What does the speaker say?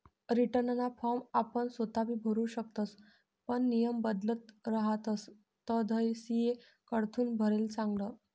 रीटर्नना फॉर्म आपण सोताबी भरु शकतस पण नियम बदलत रहातस तधय सी.ए कडथून भरेल चांगलं